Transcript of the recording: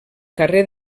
carrer